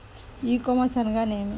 ఈ కామర్స్ అనగా నేమి?